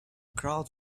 crowd